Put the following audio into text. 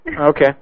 Okay